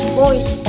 voice